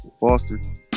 Boston